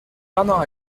bernard